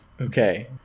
Okay